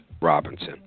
Robinson